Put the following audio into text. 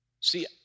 See